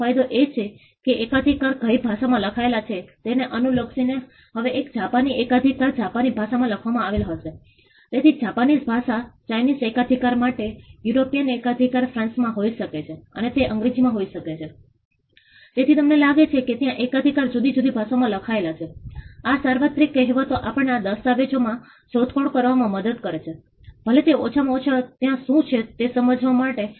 જળાશયોમાં તેઓ આ શ્રેણીમાં વાર્ષિક પાણી ભરાઇ રહ્યા હતા અને તમે અહીં જોઈ શકો છો કે મોટાભાગના મકાનો તેઓ વાર્ષિક આ એકથી બે ફૂટ જેટલા જળસંગ્રહનો સામનો કરે છે અને તે લગભગ બે થી ત્રણ કલાક સુધી ચાલુ રહે છે મોટાભાગના કિસ્સા છે કેટલાક ઓછા ઓછા કેટલાક જેવા હોય છે